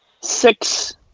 Six